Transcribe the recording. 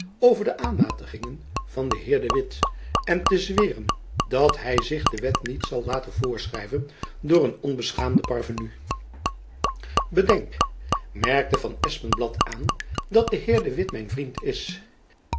over de aanmatigingen van den heer de witt en te zweren dat hy zich de wet niet zal laten voorschrijven door een onbeschaamden parvenu bedenk merkte van espenblad aan dat de heer de witt mijn vriend is